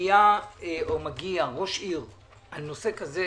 שמגיע ראש עיר על נושא כזה,